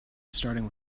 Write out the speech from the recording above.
starting